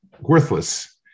worthless